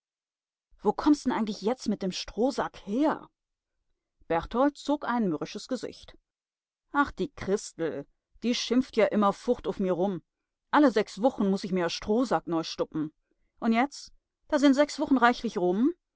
wo kommst'n eigentlich jetz mit dem strohsack her berthold zog ein mürrisches gesicht ach die christel die schimpft ja immerfurt uff mir rum alle sechs wuchen muß ich mir a strohsack neu stuppen und jetz da sind sechs wuchen reichlich rum